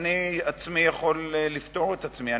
אני עצמי יכול לפטור את עצמי,